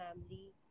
family